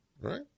Right